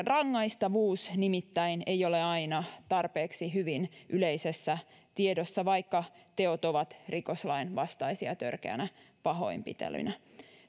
rangaistavuus nimittäin ei ole aina tarpeeksi hyvin yleisessä tiedossa vaikka teot ovat rikoslain vastaisia törkeänä pahoinpitelynä